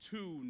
Two